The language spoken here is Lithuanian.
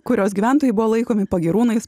kurios gyventojai buvo laikomi pagyrūnais